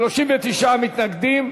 39 מתנגדים.